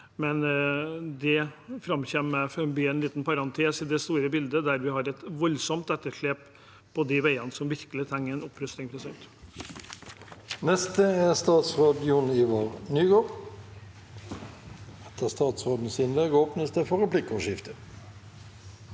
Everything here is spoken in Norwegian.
men det framkommer meg å være en liten parentes i det store bildet. Vi har et voldsomt etterslep på de veiene som virkelig trenger en opprustning.